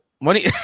money